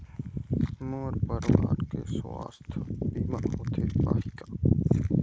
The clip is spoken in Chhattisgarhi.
मोर परवार के सुवास्थ बीमा होथे पाही का?